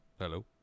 hello